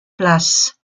place